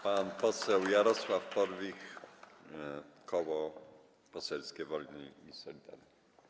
Pan poseł Jarosław Porwich, Koło Poselskie Wolni i Solidarni.